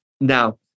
now